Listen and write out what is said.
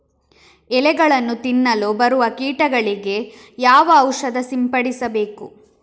ಎಲೆಗಳನ್ನು ತಿನ್ನಲು ಬರುವ ಕೀಟಗಳಿಗೆ ಯಾವ ಔಷಧ ಸಿಂಪಡಿಸಬೇಕು?